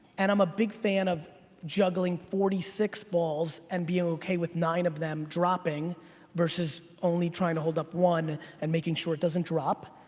and i'm a big fan of juggling forty six balls and being okay with nine of them dropping versus only trying to hold up one and making sure it doesn't drop.